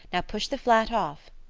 now push the flat off.